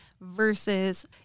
versus